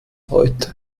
heute